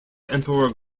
emperor